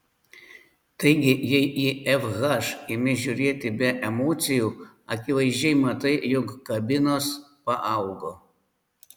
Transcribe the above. taigi jei į fh imi žiūrėti be emocijų akivaizdžiai matai jog kabinos paaugo